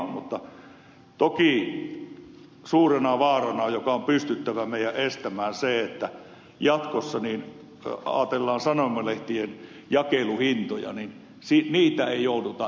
mutta toki suurena vaarana joka meidän on pystyttävä estämään on se että jatkossa sanomalehtien jakeluhintoja joudutaan eriyttämään